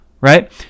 right